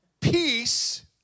peace